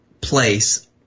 place